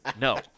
No